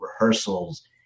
rehearsals